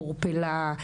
עורפלה,